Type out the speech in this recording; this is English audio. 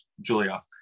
Julia